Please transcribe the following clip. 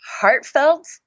heartfelt